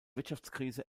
wirtschaftskrise